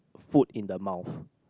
food in the mouth